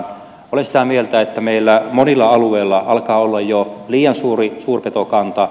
olen sitä mieltä että meillä monilla alueilla alkaa olla jo liian suuri suurpetokanta